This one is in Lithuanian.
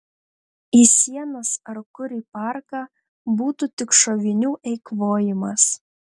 į sienas ar kur į parką būtų tik šovinių eikvojimas